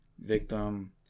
victim